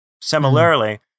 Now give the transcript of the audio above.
Similarly